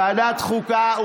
ועדת חוקה.